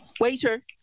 Waiter